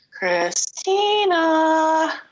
Christina